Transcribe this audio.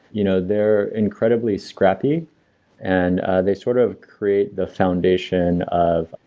you know, they're incredibly scrappy and they sort of create the foundation of,